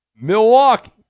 Milwaukee